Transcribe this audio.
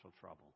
trouble